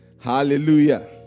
Hallelujah